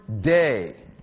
day